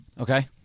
Okay